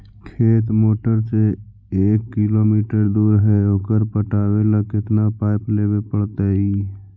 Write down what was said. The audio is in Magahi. खेत मोटर से एक किलोमीटर दूर है ओकर पटाबे ल केतना पाइप लेबे पड़तै?